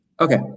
Okay